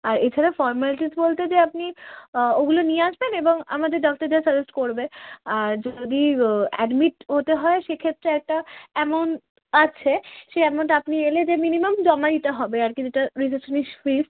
আর এই ছাড়া ফর্ম্যালিটিস বলতে যে আপনি ওগুলো নিয়ে আসবেন এবং আমাদের ডক্টর যা সাজেস্ট করবে আর যদি অ্যাডমিট হতে হয় সেক্ষেত্রে একটা অ্যামাউন্ট আছে সেই অ্যামাউন্টটা আপনি এলে যে মিনিমাম জমা দিতে হবে আর কি যেটা রিসেপশনিস্ট ফীজ